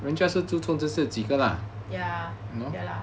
ya ya